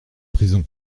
prisons